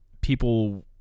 people